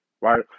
right